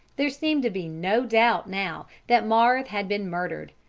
there seemed to be no doubt now that marthe had been murdered,